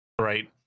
right